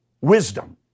Wisdom